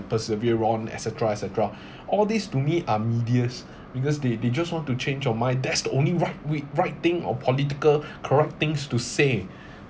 persevere on et cetera et cetera all these to me are media's because they they just want to change your mind that's the only right we right thing or political correct things to say